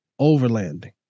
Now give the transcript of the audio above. Overlanding